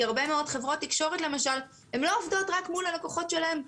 כי הרבה מאוד חברות תקשורת למשל לא עובדות רק מול הלקוחות שלהם,